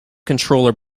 controller